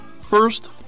first